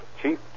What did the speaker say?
Chief